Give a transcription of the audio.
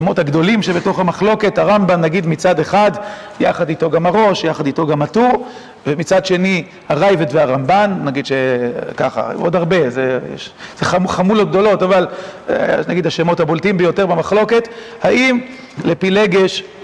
השמות הגדולים שבתוך המחלוקת, הרמב"ן נגיד מצד אחד, יחד איתו גם הראש, יחד איתו גם הטור ומצד שני הרייבט והרמב"ן, נגיד שככה, עוד הרבה, זה חמולות גדולות אבל נגיד השמות הבולטים ביותר במחלוקת, האם לפילגש